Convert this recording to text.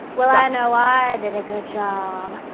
well, i know i did a good job.